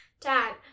Dad